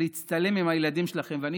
להצטלם עם הילדים שלכם.